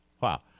Wow